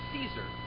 Caesar